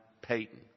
Payton